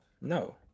no